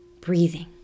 breathing